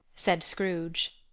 said scrooge.